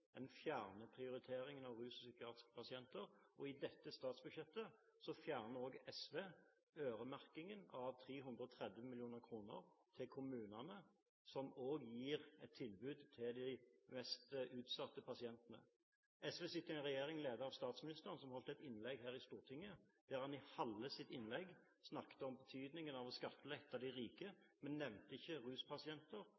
En fjerner prioriteringen av ruspasienter og psykiatriske pasienter. I dette statsbudsjettet fjerner SV også øremerkingen av 330 mill. kr til kommunene, som gir et tilbud til de mest utsatte pasientene. SV sitter i en regjering ledet av statsministeren. Han holdt et innlegg her i Stortinget der han i halve innlegget sitt snakket om betydningen av å skattlegge de